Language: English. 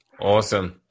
Awesome